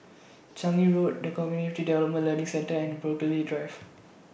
Changi Road The Cognitive Development Learning Centre and Burghley Drive